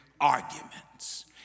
arguments